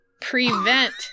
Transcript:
Prevent